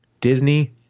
Disney